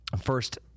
first